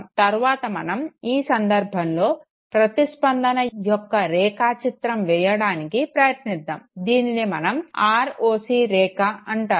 తరువాత మనం ఈ సంధర్భంలో ప్రతిస్పందన యొక్క రేఖా చిత్రం వేయడానికి ప్రయత్నిదాము దీనిని మనం ROC రేఖ అంటారు